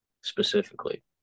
specifically